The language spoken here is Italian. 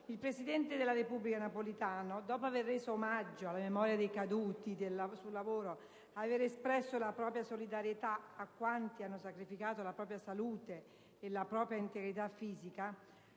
il presidente della Repubblica Napolitano, dopo aver reso omaggio alla memoria dei caduti sul lavoro e dopo avere espresso la sua solidarietà a quanti hanno sacrificato la propria salute e la propria integrità fisica,